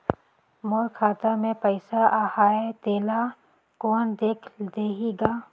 मोर खाता मे पइसा आहाय तेला कोन देख देही गा?